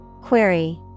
Query